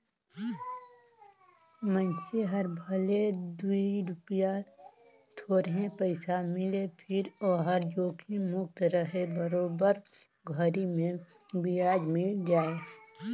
मइनसे हर भले दूई रूपिया थोरहे पइसा मिले फिर ओहर जोखिम मुक्त रहें बरोबर घरी मे बियाज मिल जाय